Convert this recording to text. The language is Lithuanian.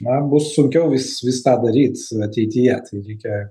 na bus sunkiau vis vis tą daryt ateityje tai reikia